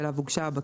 שאליו הוגשה הבקשה,